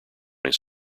his